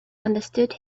understood